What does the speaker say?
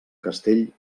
castell